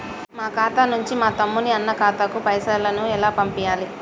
మా ఖాతా నుంచి మా తమ్ముని, అన్న ఖాతాకు పైసలను ఎలా పంపియ్యాలి?